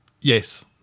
Yes